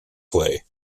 play